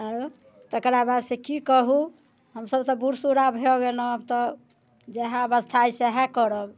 आरो तेकरा बाद से की कहू हम सभ तऽ बूढ़ सूढ़ आब भऽ गेलहुँ तऽ जहए अवस्था अछि सहए करब